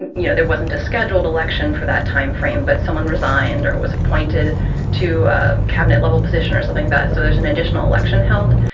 and you know, there wasn't a scheduled election for that timeframe, but someone resigned or was appointed to a cabinet level position or something. so there's an additional election held.